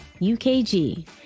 UKG